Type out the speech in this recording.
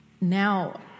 now